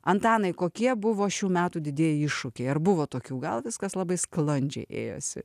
antanai kokie buvo šių metų didieji iššūkiai ar buvo tokių gal viskas labai sklandžiai ėjosi